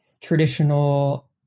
traditional